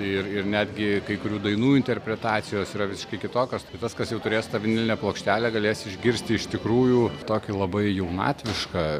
ir ir netgi kai kurių dainų interpretacijos yra visiškai kitokios tai tas kas jau turės tą vinilinę plokštelę galės išgirsti iš tikrųjų tokį labai jaunatvišką